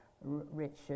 Richard